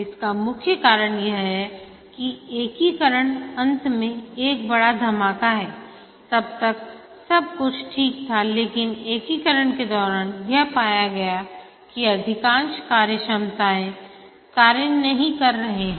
इसका मुख्य कारण यह है कि एकीकरण अंत में एक बड़ा धमाका है तब तक सब कुछ ठीक था लेकिन एकीकरण के दौरान यह पाया गया है कि अधिकांश कार्यक्षमताऐं कार्य नहीं कर रहे हैं